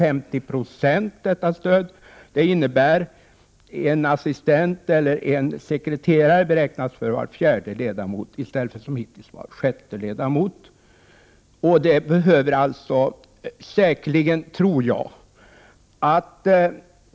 sekreterare beräknas för var fjärde ledamot i stället för som hittills för var sjätte ledamot.